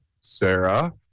Sarah